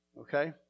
Okay